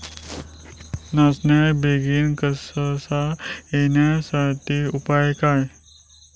नाचण्याक बेगीन कणसा येण्यासाठी उपाय काय?